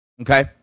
Okay